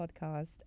podcast